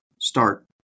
start